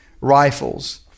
rifles